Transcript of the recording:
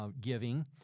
giving—